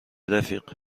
رفیق